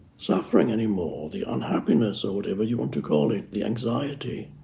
suffering anymore, the unhappiness, or whatever you want to call it, the anxiety.